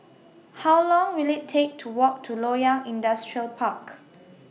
How Long Will IT Take to Walk to Loyang Industrial Park